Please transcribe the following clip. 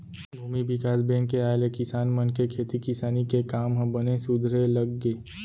भूमि बिकास बेंक के आय ले किसान मन के खेती किसानी के काम ह बने सुधरे लग गे